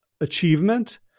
achievement